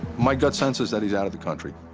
my gut sense is that he's out of the country,